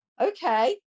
okay